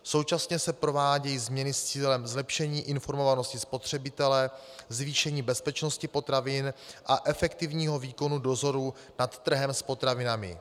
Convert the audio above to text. Současně se provádějí změny s cílem zlepšení informovanosti spotřebitele, zvýšení bezpečnosti potravin a efektivního výkonu dozoru nad trhem s potravinami.